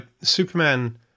Superman